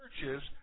churches